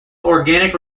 organic